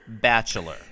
bachelor